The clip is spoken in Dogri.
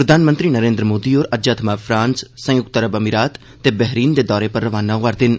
प्रधानमंत्री नरेन्द्र मोदी होर अज्जै थमां फ्रांस संय्क्त अरब अमीरात ते बहरीन दे दौरे पर रवाना होआ'रदे न